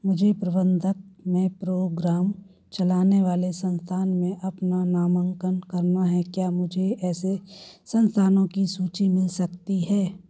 मुझे प्रबंधन में प्रोग्राम चलाने वाले संस्थान में अपना नामांकन करना है क्या मुझे ऐसे संस्थानों की सूचि मिल सकती है